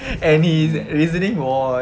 and his reasoning was